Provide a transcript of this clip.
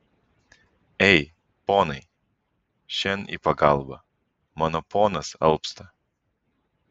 ei ponai šen į pagalbą mano ponas alpsta